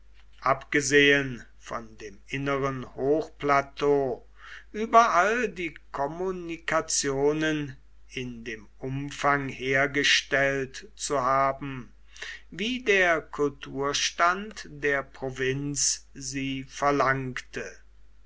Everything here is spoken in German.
abgesehen von dem inneren hochplateau überall die kommunikationen in dem umfang hergestellt zu haben wie der kulturstand der provinz sie verlangte